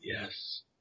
Yes